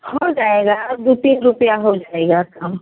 हो जाएगा दो तीन रुपये हो जाएगा कम